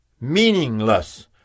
Meaningless